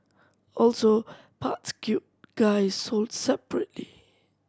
also parts cute guy sold separately